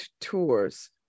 tours